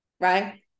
right